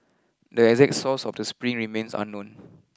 the exact source of the spring remains unknown